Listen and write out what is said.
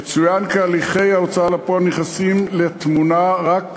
יצוין כי הליכי ההוצאה לפועל נכנסים לתמונה רק